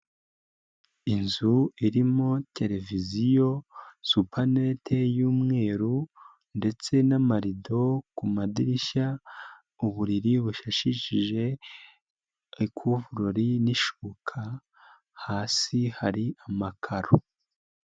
Inzu irimo televiziyo, supanete y'umweru, ndetse n'amarido ku madirishya, uburiri bushashishije ikuvurori n'ishuka, hasi hari amakaro.